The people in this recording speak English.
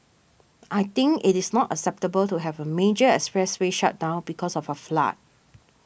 I think it is not acceptable to have a major expressway shut down because of a flood